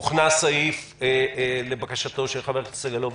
הוכנס סעיף לבקשתו של חבר הכנסת סגלוביץ,